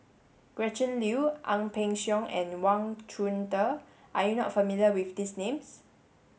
Gretchen Liu Ang Peng Siong and Wang Chunde Are you not familiar with these names